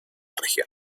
región